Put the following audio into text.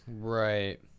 Right